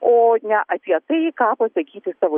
o ne apie tai ką pasakyti savo